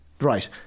Right